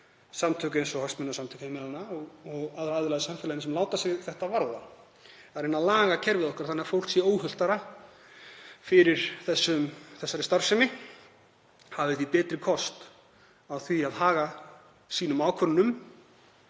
samtök eins og Hagsmunasamtök heimilanna og aðra aðila í samfélaginu sem láta sig þetta varða, að reyna að laga kerfið okkar þannig að fólk sé óhultara fyrir þessari starfsemi og eigi því betri kost á því að haga ákvörðunum